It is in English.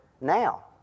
now